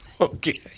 Okay